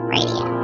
Radio